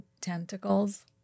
tentacles